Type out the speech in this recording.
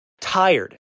Tired